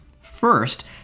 First